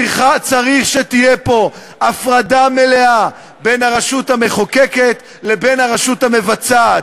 צריך שתהיה פה הפרדה מלאה בין הרשות המחוקקת לבין הרשות המבצעת,